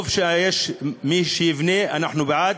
טוב שיש מי שיבנה, אנחנו בעד,